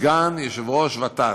סגן יושב-ראש ות"ת.